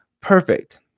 Perfect